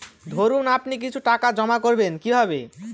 ধরুন আপনি কিছু টাকা জমা করবেন কিভাবে?